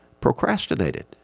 Procrastinated